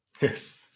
Yes